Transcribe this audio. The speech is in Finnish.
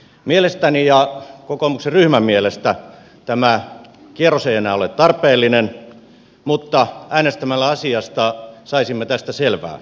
mielestäni ja kokoomuksen ryhmän mielestä tämä kierros ei enää ole tarpeellinen mutta äänestämällä asiasta saisimme tästä selvää